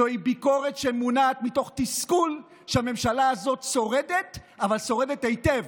זוהי ביקורת שמונעת מתוך תסכול שהממשלה הזאת שורדת אבל שורדת היטב.